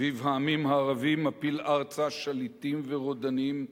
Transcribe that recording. "אביב העמים" הערבי מפיל ארצה שליטים ורודנים,